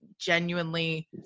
genuinely